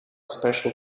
special